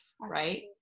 Right